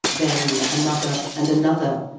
then another, and another,